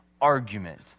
argument